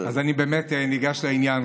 אני באמת ניגש לעניין.